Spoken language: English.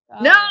No